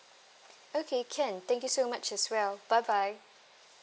okay can thank you so much as well bye bye